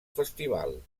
festival